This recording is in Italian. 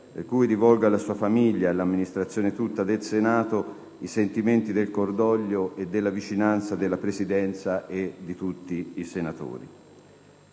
pertanto alla sua famiglia e all'Amministrazione tutta del Senato i sentimenti del cordoglio e della vicinanza della Presidenza e di tutti i senatori.